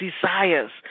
desires